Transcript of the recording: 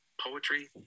Poetry